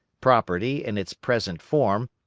property, in its present form,